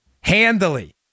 handily